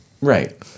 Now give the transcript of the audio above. Right